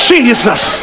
Jesus